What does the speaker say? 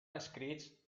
escrits